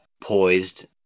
poised